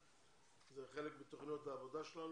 וזה חלק מתוכניות העבודה שלנו.